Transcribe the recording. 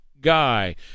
guy